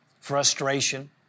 frustration